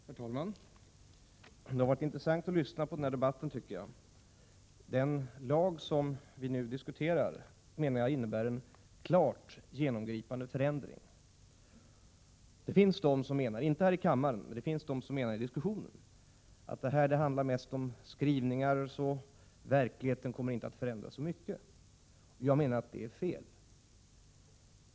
Herr talman! Det har varit intressant att lyssna på denna debatt. Den lag som vi nu diskuterar innebär enligt min mening en klart genomgripande förändring. Det finns de — inte här i kammaren, men i den allmänna diskussionen — som menar att det mest handlar om skrivningar och att verkligheten inte kommer att förändras särskilt mycket. Jag menar att detta är fel.